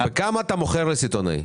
בכמה אתה מוכר לסיטונאי?